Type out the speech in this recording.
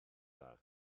dda